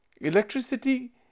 electricity